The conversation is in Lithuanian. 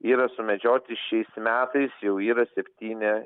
yra sumedžioti šiais metais jau yra septyni